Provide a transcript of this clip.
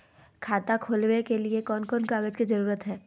खाता खोलवे के लिए कौन कौन कागज के जरूरत है?